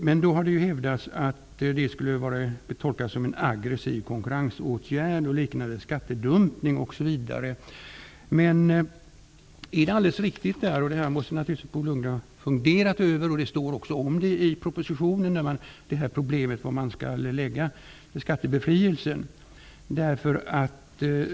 Men det har hävdats att det skulle kunna tolkas som en aggressiv konkurrensåtgärd, och det har liknats vid skattedumpning osv. Bo Lundgren måste naturligtvis ha funderat över problemet var man skall lägga skattebefrielsen, och det står också om det i propositionen.